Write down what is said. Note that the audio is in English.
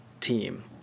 team